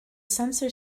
sensor